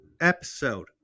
episode